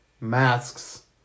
Masks